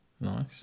nice